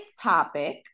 topic